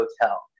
hotel